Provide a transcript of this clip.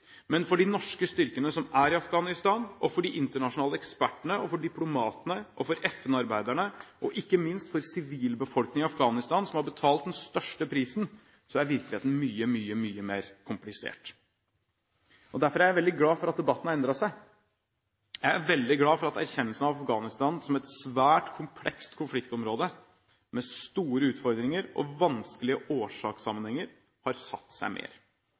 Men for de norske styrkene som er i Afghanistan, for de internasjonale ekspertene, for diplomatene og FN-arbeiderne og ikke minst for sivilbefolkningen i Afghanistan, som har betalt den største prisen, er virkeligheten mye, mye mer komplisert. Derfor er jeg veldig glad for at debatten har endret seg. Jeg er veldig glad for at erkjennelsen av Afghanistan som et svært komplekst konfliktområde, med store utfordringer og vanskelige årsakssammenhenger, har satt seg mer